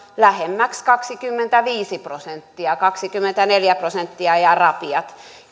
lähemmäksi kaksikymmentäviisi prosenttia kaksikymmentäneljä prosenttia ja rapiat